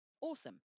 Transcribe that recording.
awesome